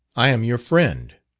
i am your friend